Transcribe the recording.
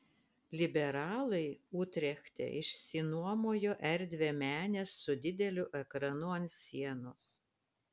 liberalai utrechte išsinuomojo erdvią menę su dideliu ekranu ant sienos